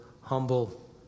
humble